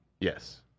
Yes